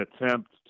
attempt